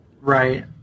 Right